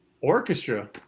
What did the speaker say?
orchestra